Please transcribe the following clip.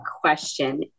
question